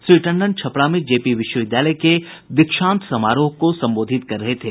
श्री टंडन छपरा में जेपी विश्वविद्यालय के दीक्षांत समारोह को संबोधित कर रहे थे